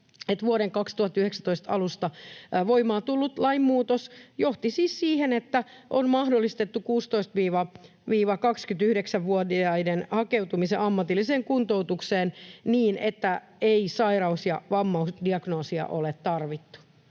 vuoden 2019 alusta voimaan tullut lainmuutos johti siis siihen, että on mahdollistettu 16—29-vuotiaiden hakeutuminen ammatilliseen kuntoutukseen niin, että ei sairaus- ja vammadiagnoosia ole tarvittu.